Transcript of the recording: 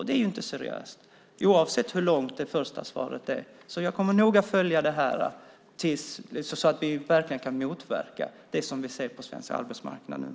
Det är inte seriöst, oavsett hur långt det första svaret är. Jag kommer noga att följa det här, så att vi verkligen kan motverka det som vi ser på svensk arbetsmarknad nu.